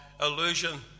illusion